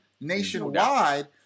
nationwide